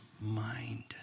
mind